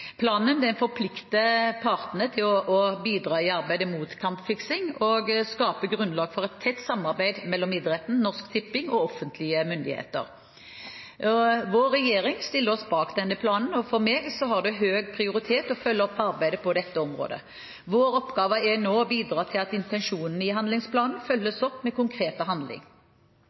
Planen forplikter partene til å bidra i arbeidet mot kampfiksing og skaper grunnlag for et tett samarbeid mellom idretten, Norsk Tipping og offentlige myndigheter. Vår regjering stiller seg bak denne planen, og for meg har det høy prioritet å følge opp arbeidet på dette området. Vår oppgave er nå å bidra til at intensjonene i handlingsplanen følges opp med konkret handling.